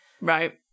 Right